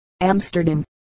Amsterdam